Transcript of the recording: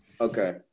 Okay